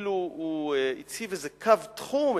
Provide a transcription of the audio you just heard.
כאילו הוא הציב איזה קו תחום,